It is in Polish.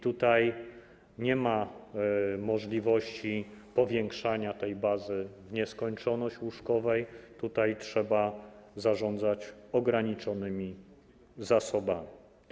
Tutaj nie ma możliwości powiększania w nieskończoność bazy łóżkowej, tutaj trzeba zarządzać ograniczonymi zasobami.